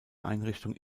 einrichtung